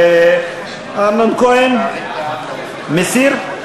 אמנון כהן, מסיר?